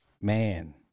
Man